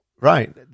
Right